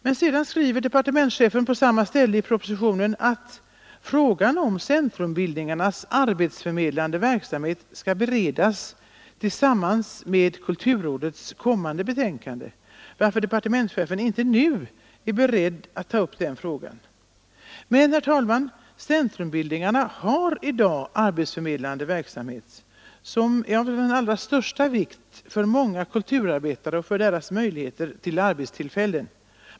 Men sedan skriver departementschefen på samma ställe i propositionen att frågan om centrumbildningarnas arbetsförmedlande verksamhet skall beredas tillsammans med kulturrådets kommande betänkande, varför departementschefen inte nu är beredd att ta upp den frågan. Men, herr talman, centrumbildningarna har i dag arbetsförmedlande verksamhet som är av den allra största vikt för många kulturarbetare och för deras möjligheter till arbetstillfällen.